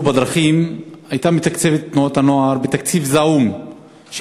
בדרכים הייתה מתקצבת את תנועות הנוער בתקציב זעום של